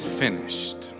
finished